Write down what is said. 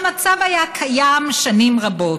המצב היה קיים שנים רבות.